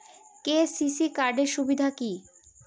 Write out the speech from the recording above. KCC card এর সুবিধা কি?